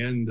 end